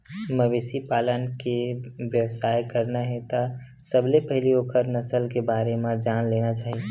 मवेशी पालन के बेवसाय करना हे त सबले पहिली ओखर नसल के बारे म जान लेना चाही